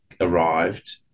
arrived